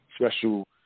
Special